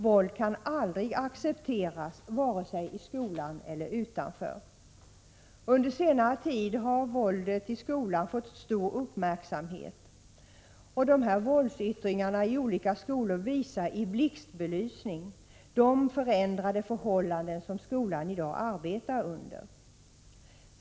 Våld kan aldrig accepteras, vare sig i skolan eller utanför. Under senare tid har våldet i skolan fått stor uppmärksamhet. Våldsyttringar i olika skolor visar i blixtbelysning de förändrade förhållanden som skolan i dag arbetar under.